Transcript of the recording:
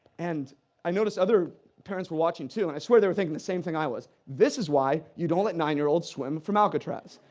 and i notice other parents were watching too, and i swear they were thinking the same thing i was this is why you don't let nine-year-olds swim from alcatraz.